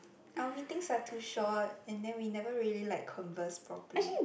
our meetings are too short and then we never really like converse properly